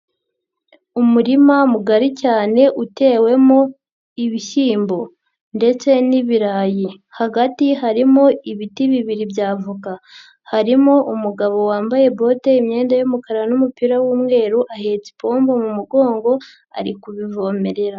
Umurima mugari cyane utewemo ibishyimbo ndetse n'ibirayi, hagati harimo ibiti bibiri by'avoka, harimo umugabo wambaye bote, imyenda y'umukara n'umupira w'umweru ahetse ipombo mu mugongo ari kubivomerera.